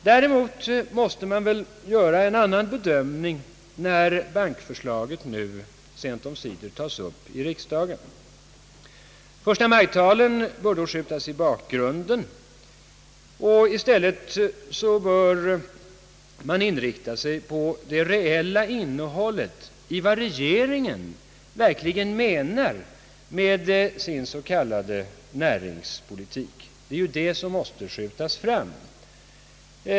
Däremot måste man göra en annan bedömning när bankförslaget nu sent omsider tas upp i riksdagen. Förstamajtalen bör då skjutas i bakgrunden och i stället bör man inrikta sig på det reella innehållet i vad regeringen verkligen menar med sin s.k. näringspolitik. Det är det som måste skjutas fram.